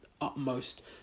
utmost